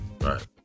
Right